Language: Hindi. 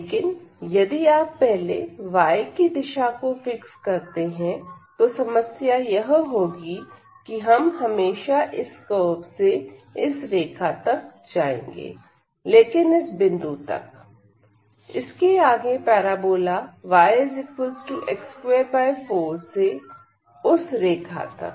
लेकिन यदि आप पहले y दिशा को फिक्स करते हैं तो समस्या यह होगी कि हम हमेशा इस कर्व से इस रेखा तक जाएंगे लेकिन इस बिंदु तक इसके आगे पैराबोला yx24 से उस रेखा तक